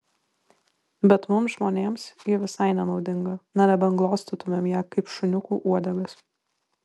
bet mums žmonėms ji visai nenaudinga na nebent glostytumėm ją kaip šuniukų uodegas